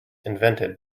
invented